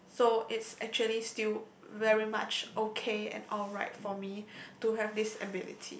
so it's actually still very much okay and alright for me to have this ability